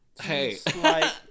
Hey